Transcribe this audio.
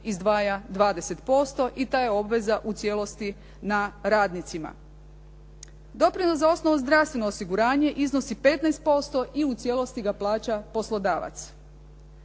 izdvaja 20% i ta je obveza u cijelosti na radnicima. Doprinos za osnovno zdravstveno osiguranje iznosi 15% i u cijelosti ga plaća poslodavac.